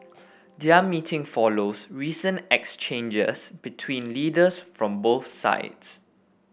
their meeting follows recent exchanges between leaders from both sides